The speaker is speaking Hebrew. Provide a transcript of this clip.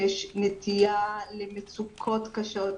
שיש נטייה למצוקות קשות.